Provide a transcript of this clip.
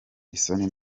isoni